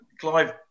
Clive